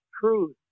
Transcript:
truth